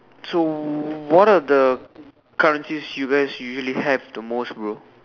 so what are the currencies you guys usually have the most bro